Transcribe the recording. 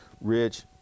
Rich